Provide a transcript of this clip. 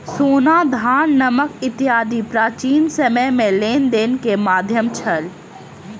सोना, धान, नमक इत्यादि प्राचीन समय में लेन देन के माध्यम छल